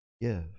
give